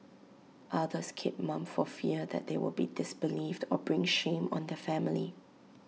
others keep mum for fear that they would be disbelieved or bring shame on their family